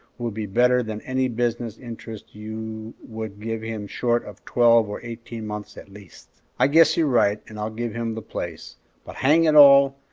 will be better than any business interest you would give him short of twelve or eighteen months at least. i guess you're right, and i'll give him the place but hang it all!